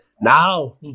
now